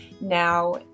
Now